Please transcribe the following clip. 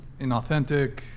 inauthentic